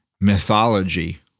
mythology